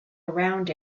around